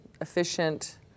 efficient